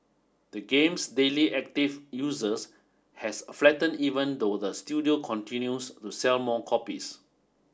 the game's daily active users has flattened even though the studio continues to sell more copies